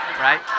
Right